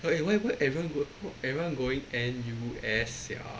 eh why why everyone go everyone going and N_U_S sia